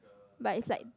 but it's like